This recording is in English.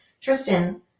Tristan